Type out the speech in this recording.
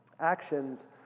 actions